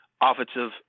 offensive